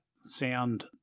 sound